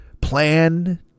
plan